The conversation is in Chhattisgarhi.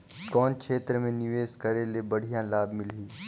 कौन क्षेत्र मे निवेश करे ले बढ़िया लाभ मिलही?